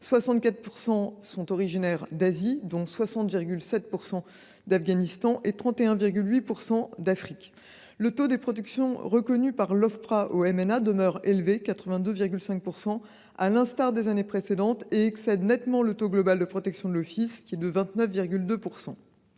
64,3 % d’Asie – à 60,7 % d’Afghanistan – et 31,8 % d’Afrique. Le taux des protections reconnues par l’Ofpra aux MNA demeure élevé – 82,5 %–, à l’instar des années précédentes, et excède nettement le taux global de protection de l’Office, qui est de 29,2 %.